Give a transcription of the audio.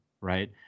right